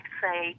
say